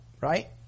right